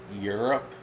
Europe